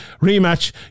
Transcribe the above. rematch